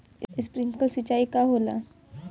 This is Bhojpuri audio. स्प्रिंकलर सिंचाई का होला?